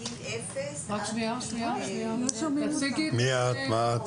אני אציג את עצמי,